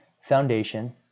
Foundation